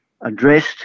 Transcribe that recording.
addressed